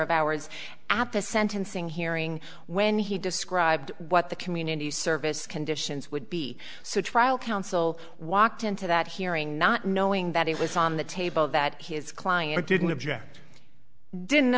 of hours after the sentencing hearing when he described what the community service conditions would be so a trial counsel walked into that hearing not knowing that it was on the table that his client didn't object didn't